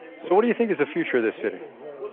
so what do you think is the future of this city?